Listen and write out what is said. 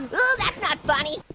that's not funny.